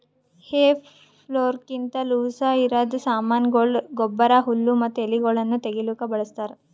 ಹೇ ಫೋರ್ಕ್ಲಿಂತ ಲೂಸಇರದ್ ಸಾಮಾನಗೊಳ, ಗೊಬ್ಬರ, ಹುಲ್ಲು ಮತ್ತ ಎಲಿಗೊಳನ್ನು ತೆಗಿಲುಕ ಬಳಸ್ತಾರ್